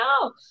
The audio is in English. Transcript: no